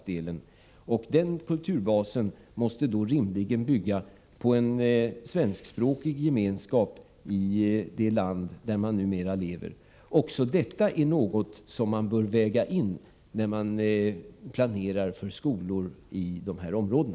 Den kulturbasen måste rimligen bygga på en svenskspråkig gemenskap i det land där man numera lever. Detta bör man också väga in när man planerar för skolor i dessa områden.